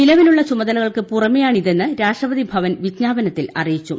നിലവിലുള്ള ചുമതലകൾക്കു പുറമെയാണിതെന്ന് രാഷ്ട്രപതി ഭവൻ വിജ്ഞാപനത്തിൽ അറിയിച്ചു